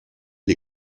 les